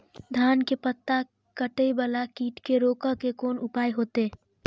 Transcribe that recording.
धान के पत्ता कटे वाला कीट के रोक के कोन उपाय होते?